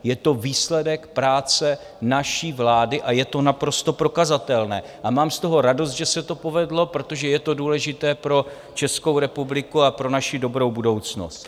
Je to výsledek práce naší vlády, je to naprosto prokazatelné a mám z toho radost, že se to povedlo, protože je to důležité pro Českou republiku a pro naši dobrou budoucnost.